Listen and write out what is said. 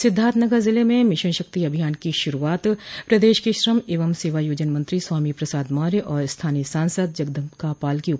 सिद्धार्थनगर जिले में मिशन शक्ति अभियान की शुरूआत प्रदेश के श्रम एवं सेवायोजन मंत्री स्वामी प्रसाद मौर्य और स्थानीय सांसद जगदम्बिका पाल की उपस्थित में की गयी